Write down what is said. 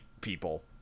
people